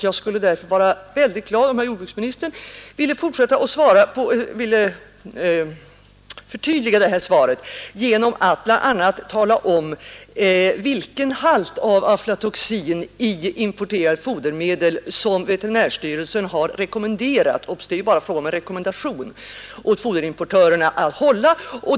Jag skulle därför vara mycket glad om herr jordbruksministern ville förtydliga svaret genom att bl.a. tala om vilken halt av aflatoxin i importerade fodermedel som veterinärstyrelsen har rekommenderat — det är ju bara fråga om en rekommendation — foderimportörerna att hålla.